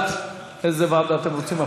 איזו ועדה אתם רוצים?